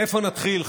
איפה נתחיל,